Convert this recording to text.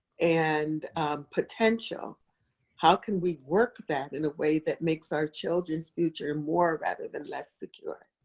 and potential how can we work that in a way that makes our children's future more rather than less secure?